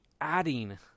adding